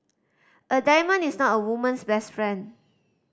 a diamond is not a woman's best friend